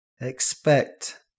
expect